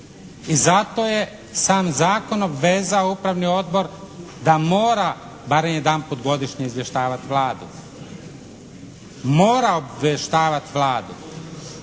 I zato je sam zakon obvezao Upravni odbor da mora barem jedanput godišnje izvještavati Vladu. Mora obavještavati Vladu.